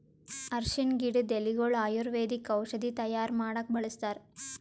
ಅರ್ಷಿಣ್ ಗಿಡದ್ ಎಲಿಗೊಳು ಆಯುರ್ವೇದಿಕ್ ಔಷಧಿ ತೈಯಾರ್ ಮಾಡಕ್ಕ್ ಬಳಸ್ತಾರ್